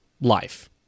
life